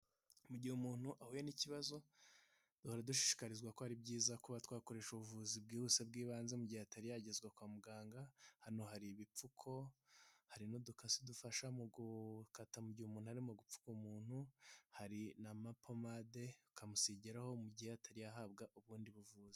Mu gihe umuntu ahuye n'ikibazo, duhora dushishikarizwa ko ari byiza kuba twakoresha ubuvuzi bwihuse bw'ibanze mu gihe atari yagezwa kwa muganga. Hano hari ibipfuko, hari n'udukase dufasha mu gukata mu mugihe umuntu arimo gupfuka umuntu, hari na mapomade ukamusigiraho mu gihe atari yahabwa ubundi buvuzi.